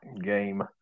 game